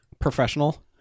professional